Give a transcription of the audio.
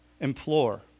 Implore